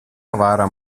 avara